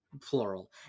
plural